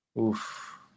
Oof